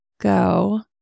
go